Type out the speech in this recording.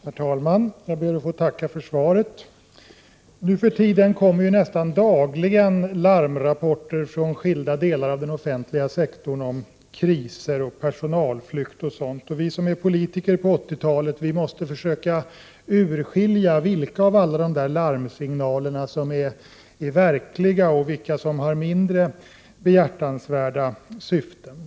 Herr talman! Jag ber att få tacka för svaret. Nu för tiden kommer nästan dagligen larmrapporter från skilda delar av den offentliga sektorn om kriser, personalflykt och sådant. Vi som är politiker på 80-talet måste försöka urskilja vilka av alla dessa larmsignaler som är verkliga och vilka som har mindre behjärtansvärda syften.